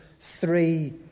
three